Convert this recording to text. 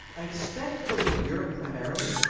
i expect it will be europe primarily.